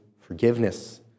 forgiveness